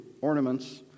ornaments